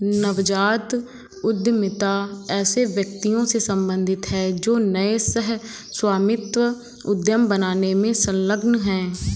नवजात उद्यमिता ऐसे व्यक्तियों से सम्बंधित है जो नए सह स्वामित्व उद्यम बनाने में संलग्न हैं